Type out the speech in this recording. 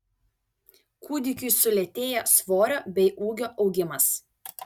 kūdikiui sulėtėja svorio bei ūgio augimas